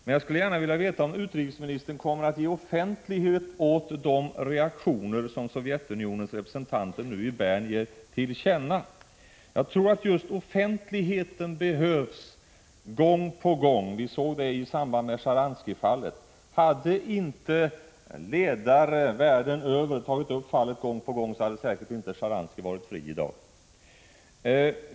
Men jag skulle gärna vilja veta om utrikesministern kommer att ge offentlighet åt de reaktioner som Sovjetunionens representanter nu ger till känna i Bern. Jag tror att just offentligheten behövs hela tiden. Vi såg det i samband med Sjtjaranskij-fallet. Hade inte ledare världen över tagit upp fallet gång på gång, hade säkert inte Sjtjaranskij varit fri i dag.